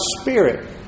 Spirit